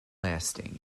lasting